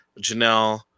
Janelle